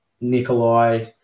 Nikolai